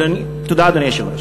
תודה, אדוני היושב-ראש.